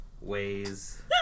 Ways